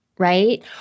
right